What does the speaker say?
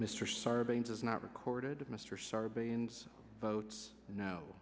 mr sarbanes is not recorded mr sarbanes votes no